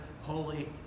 holy